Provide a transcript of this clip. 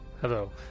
Hello